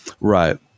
Right